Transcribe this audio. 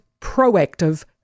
proactive